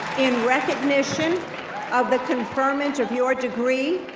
in recognition of the conferment of your degree,